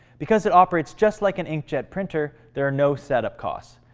because it operates just like an ink-jet printer, there are no setup costs.